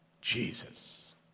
Jesus